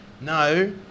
no